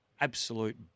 absolute